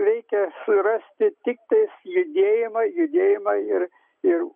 reikia surasti tiktai judėjimą judėjimą ir ir